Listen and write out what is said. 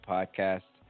Podcast